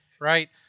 Right